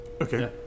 Okay